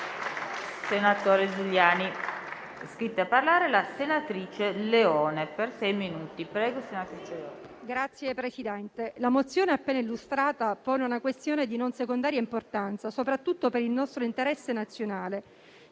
la mozione appena illustrata pone una questione di non secondaria importanza soprattutto per il nostro interesse nazionale,